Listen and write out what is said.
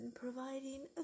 providing